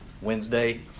Wednesday